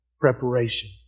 preparation